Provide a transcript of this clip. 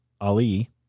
Ali